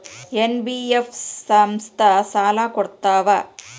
NBF ಸಂಸ್ಥಾ ಸಾಲಾ ಕೊಡ್ತಾವಾ?